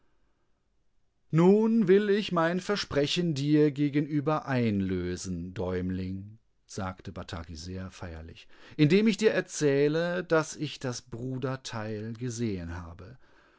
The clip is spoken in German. nun will ich mein versprechen dir gegenüber einlösen däumling sagte bataki sehr feierlich indem ich dir erzähle daß ich das bruderteil gesehen habe